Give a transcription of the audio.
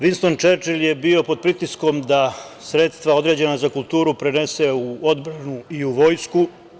Vinston Čerčil je bio pod pritiskom da sredstva određena za kulturu prenese u odbranu i u vojsku.